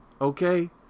Okay